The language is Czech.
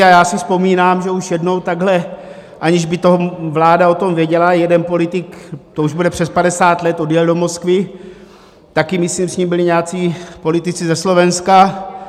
A já si vzpomínám, že už jednou takhle, aniž by o tom vláda věděla, jeden politik, to už bude přes padesát let, odjel do Moskvy, taky myslím s ním byli nějací politici ze Slovenska.